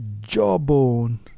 jawbone